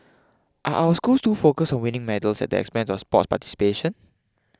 are our school too focused on winning medals at the expense of sport participation